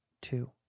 two